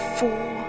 four